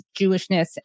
Jewishness